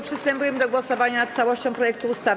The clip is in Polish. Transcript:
Przystępujemy do głosowania nad całością projektu ustawy.